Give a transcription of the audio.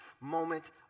moment